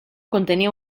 contenía